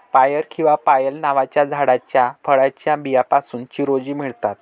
पायर किंवा पायल नावाच्या झाडाच्या फळाच्या बियांपासून चिरोंजी मिळतात